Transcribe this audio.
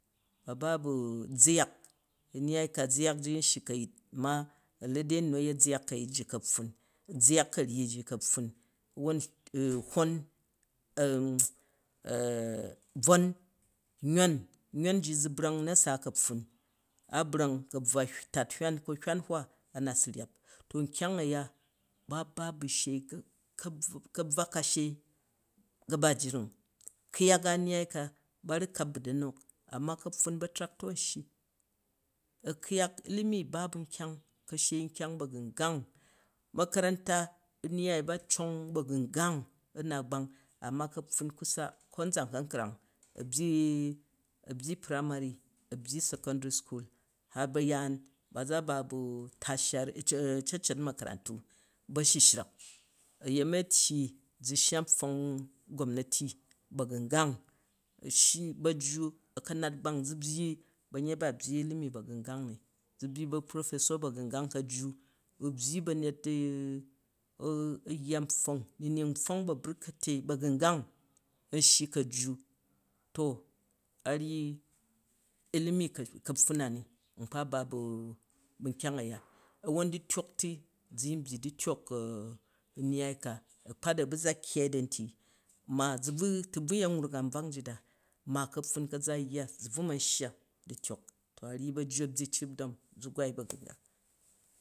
Baba bu zaak, nnaai ka zaalji yin shyi ka̱yi amma alade nu, nu a̱yet zaak ji ka̱ pfun nu ayet zaak ka̱ryyi ji ka̱ pfon, wwon hwon, ava bvon nywi ji zu̱ brang u na̱sa ka̱pfun, a brang ka bvwan nhyan hwa, hywa, ntat a̱ nat su rap. To nkyang a, ba ba a ba she, ba ba a̱ bu shei ka bvwa ka gabajiring, ku̱yak a n naai ka, ba ru̱ kap bn da nok, amma ka̱pfun batra aton an shyi a̱ku̱yak, ilmi a̱ ba bu kashei nkyang ba gungan makaranta ba cong bagungan u̱ nat gbang annu a ka̱pfum kasa karzan ka̱nkrang abyyi primary a byyi secondary school hat ba yaan, ba za ba ba taciaryi bu acecet maka rantu bashishra̱k. A̱yemi a̱ tyyi zu̱ shya npfong gomnati ba̱gu̱ngam. U̱ shyi ba̱jju ba a̱ ka not gbang. Zu byyi ba̱nyet ba a̱ byyi ilimi ba̱gu̱ngan ni, zu̱ byyi ba̱professors ba̱gu̱ ngan kajju, u byyi ba̱nyet yya npfon, ninjat npfon an shyi ka̱jj, a̱ ryyi ilimi. Nkpa za ba bu kyang uya wwon du̱tyok ti ka̱pfun. Zu yin byyi du̱tyak n nyyai ka, a̱kpat a̱ bu za kkyin danti, ti bvu yen wruk ambvat nji a, ma kapfun ka̱za, a̱yya zu̱ bvu ma shya dụtyok to, a ryyi bajja a byyi chrefdom. Zu̱ gwai ba̱ga̱gan.